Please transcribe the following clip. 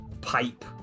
pipe